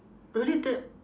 really that